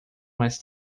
mais